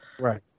right